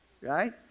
right